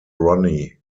ronnie